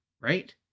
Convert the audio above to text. right